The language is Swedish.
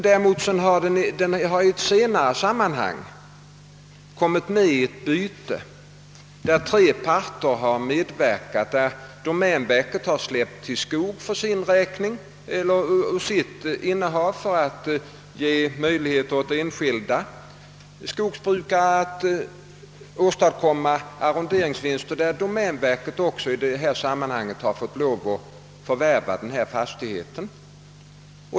Däremot har den i ett senare sammanhang kommit med i ett byte, där tre parter medverkade. Domänverket släppte till skog ur sitt innehav för att ge möjligheter för enskilda skogsbrukare att få arronderingsvinster, och domänverket fick också då lov att förvärva denna fastighet.